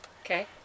Okay